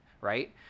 right